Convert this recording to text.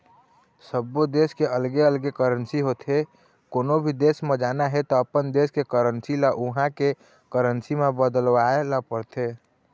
सब्बो देस के अलगे अलगे करेंसी होथे, कोनो भी देस म जाना हे त अपन देस के करेंसी ल उहां के करेंसी म बदलवाए ल परथे